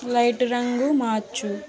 light రంగు మార్చు